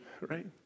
right